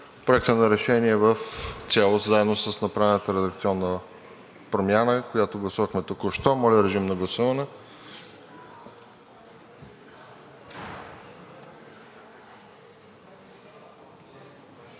Проекта за решение в цялост, заедно с направената редакционна промяна, която гласувахме току-що. Моля, режим на гласуване.